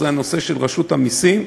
הנושא של רשות המסים.